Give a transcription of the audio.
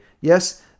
yes